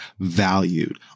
valued